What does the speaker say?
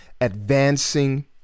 advancing